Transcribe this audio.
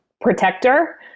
protector